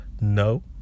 No